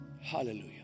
Hallelujah